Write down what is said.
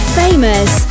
famous